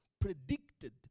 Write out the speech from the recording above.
predicted